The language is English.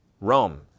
Rome